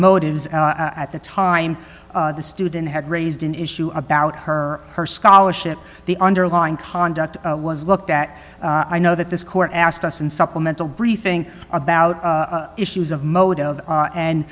motives at the time the student had raised an issue about her her scholarship the underlying conduct was looked at i know that this court asked us in supplemental briefing about issues of